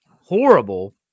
horrible